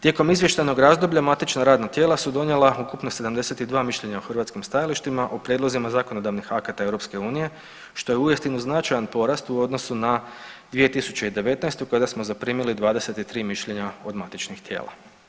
Tijekom izvještajnog razdoblja matična radna tijela su donijela ukupno 72 mišljenja o hrvatskim stajalištima, o prijedlozima zakonodavnih akata EU što je uistinu značajan porast u odnosu na 2019. kada smo zaprimili 23 mišljenja od matičnih tijela.